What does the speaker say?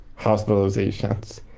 hospitalizations